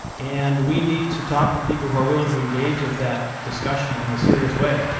and we need to talk to people who are willing to engage with that discussion in a serious way.